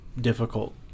difficult